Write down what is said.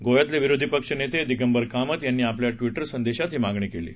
गोव्यातले विरोधी पक्ष नेते दिगंबर कामत यांनी आपल्या ट्विटर संदेशात ही मागणी केली आहे